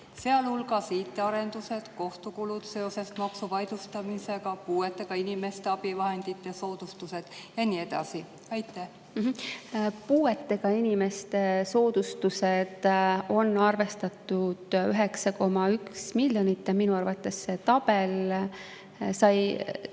sealhulgas IT-arendused, kohtukulud seoses maksu vaidlustamisega, puuetega inimeste abivahendite soodustused ja nii edasi? Puuetega inimeste soodustusteks on arvestatud 9,1 miljonit. Minu arvates sai see tabel